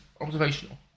observational